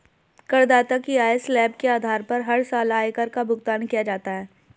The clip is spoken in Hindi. करदाता की आय स्लैब के आधार पर हर साल आयकर का भुगतान किया जाता है